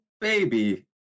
baby